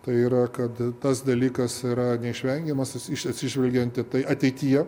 tai yra kad tas dalykas yra neišvengiamas atsižvelgiant į tai ateityje